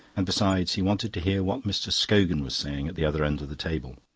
and, besides, he wanted to hear what mr. scogan was saying at the other end of the table.